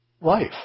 life